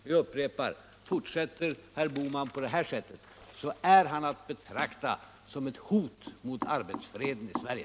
Jag upprepar: Fortsätter herr Bohman på det här sättet är han att betrakta som ett hot mot arbetsfreden i Sverige.